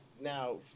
Now